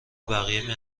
بقیه